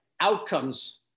outcomes